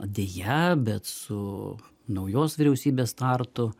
deja bet su naujos vyriausybės startu